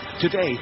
Today